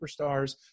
superstars